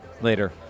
Later